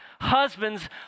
Husbands